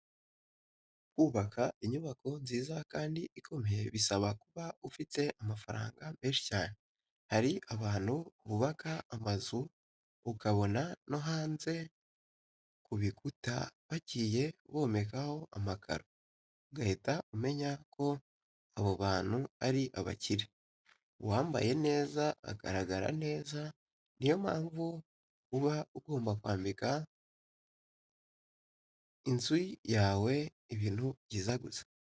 Kubaka inyubako nziza kandi ikomeye bisaba kuba ufite amafaranga menshi cyane. Hari abantu bubaka amazu ukabona no hanze ku bikuta bagiye bomekaho amakaro, ugahita umenya ko abo bantu ari abakire. Uwambaye neza agaragara neza, niyo mpamvu uba ugomba kwambika inzu yawe ibintu byiza gusa.